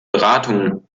beratungen